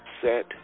set